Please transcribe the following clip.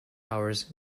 hours